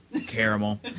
caramel